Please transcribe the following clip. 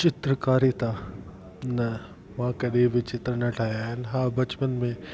चित्रकारी त न मां कॾहिं बि चित्र न ठाहिया आहिनि हा बचपन में